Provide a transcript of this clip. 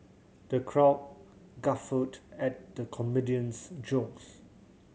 the crowd guffawed at the comedian's jokes